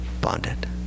bonded